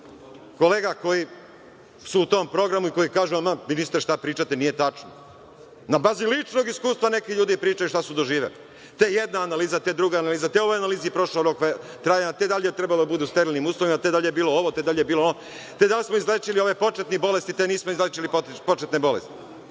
kolega koji su u tom programu i koji kažu – aman ministre šta pričate, nije tačno. Na bazi ličnog iskustva neki ljudi pričaju šta su doživeli. Te jedna analiza, te druga analiza, te ovoj analizi je prošao rok trajanja, te da li je trebalo da budu u sterilnim uslovima, te da li je bilo ovo, te da li je bilo ono, te da li smo izlečili ove početne bolesti, te nismo izlečili početne bolesti.